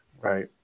right